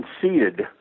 conceded